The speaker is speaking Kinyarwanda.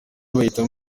bayita